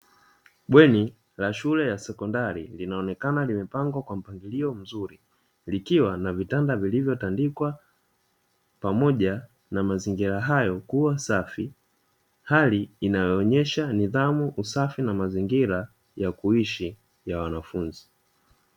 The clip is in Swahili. Bweni la shule yasekondari linaonekana limepangwa kwa mpangilio mzuri, likiwa na vitanda vilivyotandikwa pamoja na mazingira hayo kuwa safi hali inayo onyesha nidhamu usafi na mazingira yakuishi yawanafunzi.